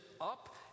up